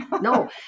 No